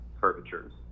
curvatures